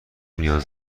نیاز